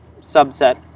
subset